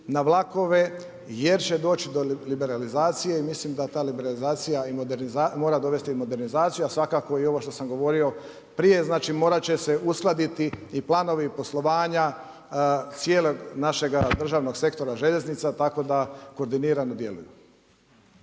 na vlakove, jer će doći do liberalizacije i mislim da ta liberalizacija mora dovesti i modernizaciju, a i svakako i ovo što sam govorio prije, znači morat će se uskladiti i planovi i poslovanja, cijelog našeg državnog sektora željeznica tako da koordinirano djeluju.